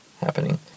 happening